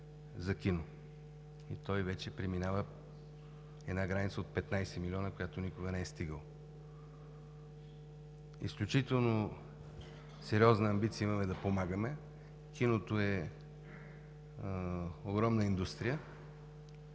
за кино. Той вече преминава границата от 15 млн. лв., която никога не е достигана. Изключително сериозна амбиция имаме да помагаме. Киното е огромна индустрия.